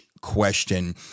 question